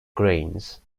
grains